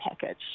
package